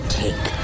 take